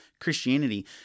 christianity